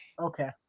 Okay